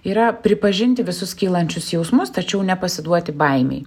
yra pripažinti visus kylančius jausmus tačiau nepasiduoti baimei